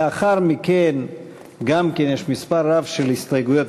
לאחר מכן גם יש מספר רב של הסתייגויות,